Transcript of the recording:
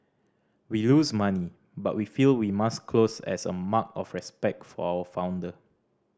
we lose money but we feel we must close as a mark of respect for our founder